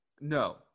No